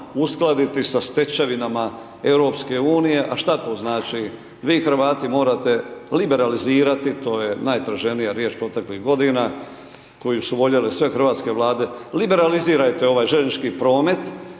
uskladiti sa stečevinama EU a šta to znači? Vi Hrvati morate liberalizirati, to je najtraženija riječ proteklih godina, koje su voljele sve hrvatske vlade, liberalizirajte ovaj željeznički promet,